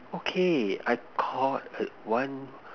okay I caught uh one